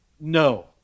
No